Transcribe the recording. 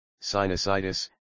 sinusitis